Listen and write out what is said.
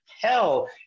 hell